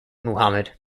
muhammad